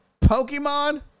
Pokemon